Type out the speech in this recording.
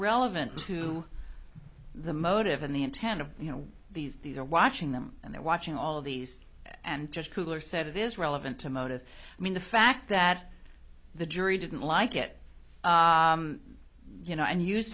relevant to the motive and the intent of you know these these are watching them and they're watching all of these and just kugler said it is relevant to motive i mean the fact that the jury didn't like it you know and use